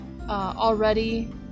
already